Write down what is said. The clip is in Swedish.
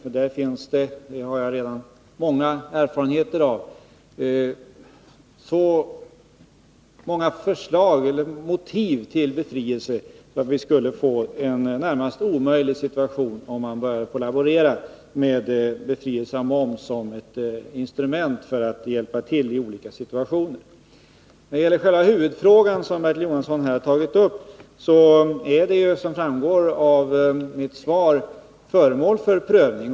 Härvidlag har vi mycken erfarenhet som visar 171 att det finns så många motiv till befrielse att läget skulle bli närmast omöjligt, om vi började laborera med befrielse från moms som ett hjälpinstrument i olika situationer. Själva den huvudfråga som Bertil Jonasson tar upp är ju, som framgår av mitt svar, föremål för prövning.